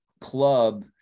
club